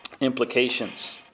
implications